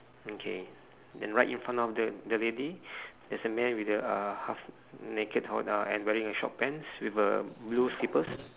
okay then right in front of the the lady there's a man with the uh half naked and wearing a short pants with a blue slippers